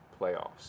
playoffs